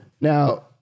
Now